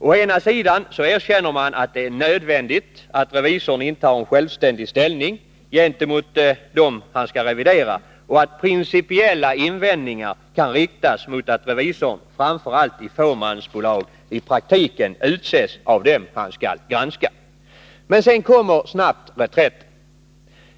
Å ena sidan erkänner man att det är nödvändigt att revisorn intar en självständig ställning gentemot dem för vilka han skall revidera och att principiella invändningar kan riktas mot att revisorn, framför allt i fåmansbolag, i praktiken utses av dem han skall granska. Men sedan kommer snabbt reträtten.